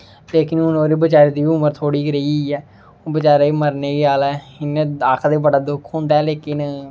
लेकिन हून ओह्दे बचारे दी बी उमर थोह्ड़ी गै रेही गेई ऐ हून बचारा मरने गै आह्ला ऐ इ'यां आखदे बड़ा दुख होंदा लेकिन